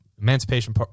Emancipation